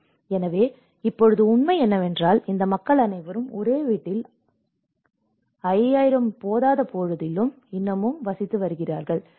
எனவே இப்போது உண்மை என்னவென்றால் இந்த மக்கள் அனைவரும் ஒரே வீட்டில் 5000 போதாது என்ற போதிலும் இன்னமும் ஒரே வீட்டில் வசித்து வருகிறார்கள் தேவையைப் புரிந்து கொள்வதில் ஏதோ தவறு நடக்கிறது